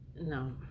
No